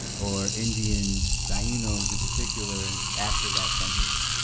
or indians tainos in particular after that census.